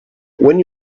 when